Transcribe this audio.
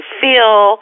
feel